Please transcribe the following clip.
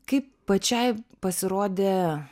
kaip pačiai pasirodė